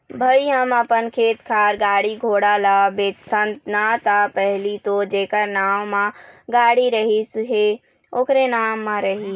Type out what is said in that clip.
भई हम अपन खेत खार, गाड़ी घोड़ा ल बेचथन ना ता पहिली तो जेखर नांव म गाड़ी रहिस हे ओखरे नाम म रही